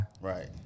Right